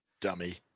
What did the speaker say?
Dummy